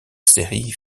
série